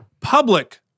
Public